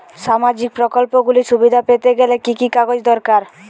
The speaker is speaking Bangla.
সামাজীক প্রকল্পগুলি সুবিধা পেতে গেলে কি কি কাগজ দরকার?